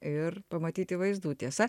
ir pamatyti vaizdų tiesa